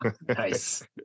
Nice